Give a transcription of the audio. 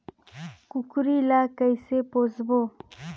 कूकरी ला कइसे पोसबो?